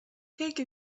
take